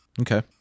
Okay